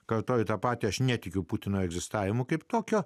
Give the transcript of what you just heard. kartoju tą patį aš netikiu putino egzistavimu kaip tokio